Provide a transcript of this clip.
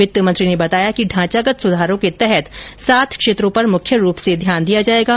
वित्तमंत्री ने बताया कि ढांचागत सुधारों के तहत सात क्षेत्रों पर मुख्य रूप से ध्यान दिया जाएगा